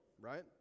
right